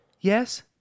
Yes